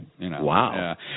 Wow